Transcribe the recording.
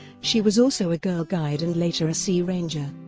she was also a girl guide and later a sea ranger.